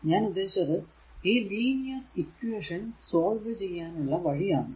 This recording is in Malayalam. ഞാൻ ഉദ്ദേശിച്ചത് ഈ ലീനിയർ ഇക്വേഷൻ സോൾവ് ചെയ്യാനുള്ള വഴി ആണ്